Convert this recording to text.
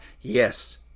yes